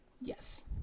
yes